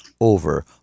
over